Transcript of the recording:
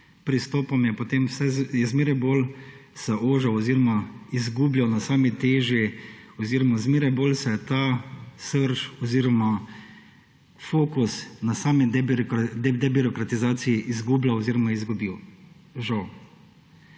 pristopom se je zmeraj bolj ožil oziroma je izgubljal na sami teži oziroma zmeraj bolj se je ta srž oziroma fokus na sami debirokratizaciji izgubljal oziroma izgubil. Žal.